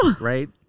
Right